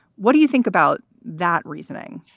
what do you think about that reasoning?